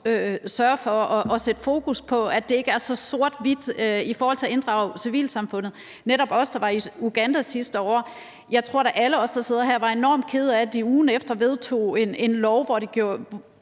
sørger for at sætte fokus på, at det ikke er så sort-hvidt i forhold til at inddrage civilsamfundet. Jeg tror da, at netop alle os, der var i Uganda sidste år, var enormt kede af, at de ugen efter vedtog en lov, som dybest